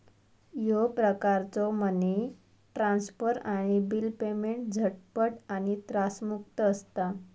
ह्यो प्रकारचो money transfer आणि बिल पेमेंट झटपट आणि त्रासमुक्त असता